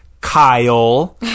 Kyle